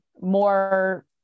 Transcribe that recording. more